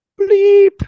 bleep